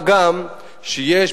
מה גם שיש,